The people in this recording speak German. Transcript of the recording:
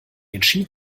entschied